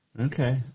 Okay